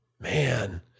Man